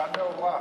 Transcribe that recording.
אשה נאורה.